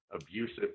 abusive